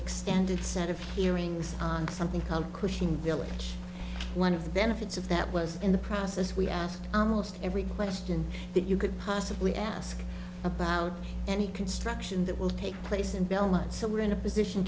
extended set of hearings on something called cushing village one of the benefits of that was in the process we asked almost every question that you could possibly ask about any construction that will take place in belmont so we're in a position